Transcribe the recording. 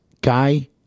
Guy